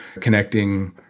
connecting